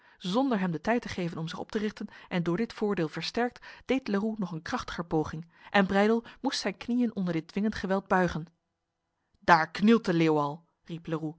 zonder hem de tijd te geven om zich op te richten en door dit voordeel versterkt deed leroux nog een krachtiger poging en breydel moest zijn knieën onder dit dwingend geweld buigen daar knielt de leeuw al